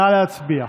נא להצביע.